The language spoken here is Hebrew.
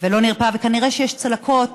ולא נרפאה, וכנראה שיש צלקות